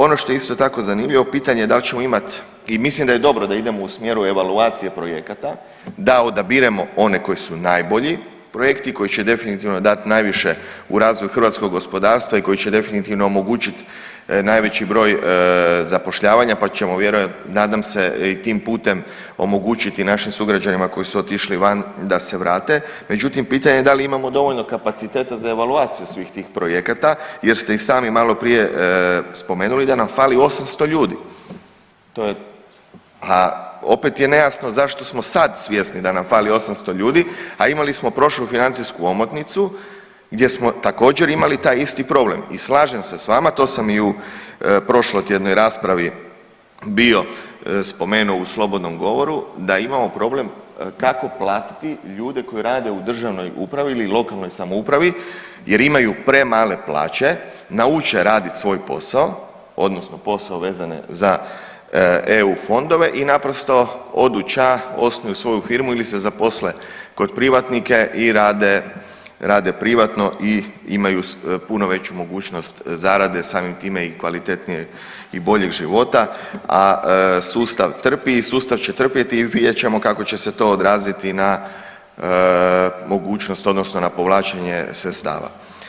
Ono što je isto tako zanimljivo pitanje dal ćemo imat i mislim da je dobro da idemo u smjeru evaluacije projekata, da odabiremo one koji su najbolji projekti i koji će definitivno dat najviše u razvoju hrvatskog gospodarstva i koji će definitivno omogućit najveći broj zapošljavanja, pa ćemo nadam se i tim putem omogućiti našim sugrađanima koji su otišli van da se vrate, međutim pitanje je da li imamo dovoljno kapaciteta za evaluaciju svih tih projekata jer ste i sami maloprije spomenuli da nam fali 800 ljudi, a opet je nejasno zašto smo sad svjesni da nam fali 800 ljudi, a imali smo prošlu financijsku omotnicu gdje smo također imali taj isti problem i slažem se s vama, to sam i u prošlotjednoj raspravi bio spomenuo u slobodnom govoru da imamo problem kako platiti ljude koji rade u državnoj upravi ili lokalnoj samoupravi jer imaju premale plaće, nauče radit svoj posao odnosno posao vezan za eu fondove i naprosto odu ća, osnuju svoju firmu ili se zaposle kod privatnike i rade, rade privatno i imaju puno veću mogućnost zarade, samim time i kvalitetnijeg i boljeg života, a sustav trpi i sustav će trpjeti i vidjet ćemo kako će se to odraziti na mogućnost odnosno na povlačenje sredstava.